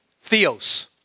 theos